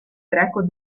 greco